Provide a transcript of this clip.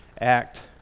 act